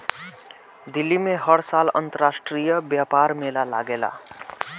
दिल्ली में हर साल अंतरराष्ट्रीय व्यापार मेला लागेला